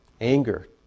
anger